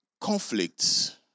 conflicts